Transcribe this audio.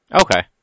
Okay